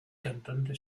cantante